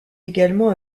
également